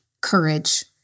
courage